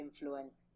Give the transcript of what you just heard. influence